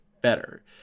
better